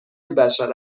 بشر